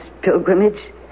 pilgrimage